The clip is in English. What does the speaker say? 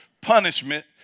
punishment